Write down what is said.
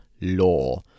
law